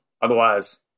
Otherwise